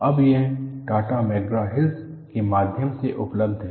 अब यह Tata McGraw Hill के माध्यम से उपलब्ध है